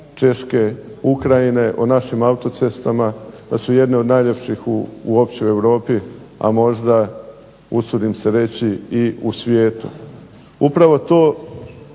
Češke, Ukrajine, o našim autocestama, da su jedne od najljepših uopće u Europi, a možda usudim se reći i u svijetu. Upravo to